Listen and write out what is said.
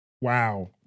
Wow